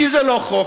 כי זה לא חוק,